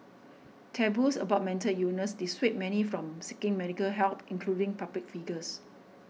taboos about mental dissuade many from seeking medical help including public figures